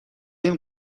این